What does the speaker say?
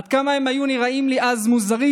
עד כמה הם היו נראים לי אז מוזרים,